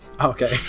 Okay